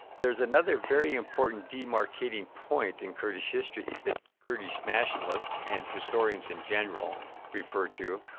there's another very important demarcating point in kurdish history that kurdish nationalists and historians in general refer to,